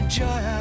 joy